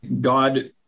God